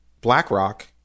BlackRock